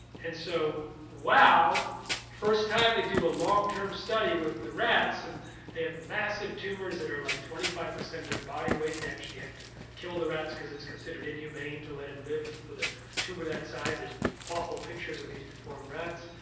and so the first time they do a long-term study with the rats and they have massive tumors that are like twenty five percent of their body weight. they actually have to kill the rats because it's considered inhumane to let it live with a tumor that size. there is awful pictures of these deformed rats.